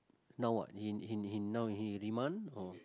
now what he he he now he in remand or